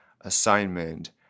assignment